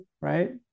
right